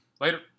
Later